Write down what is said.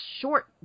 short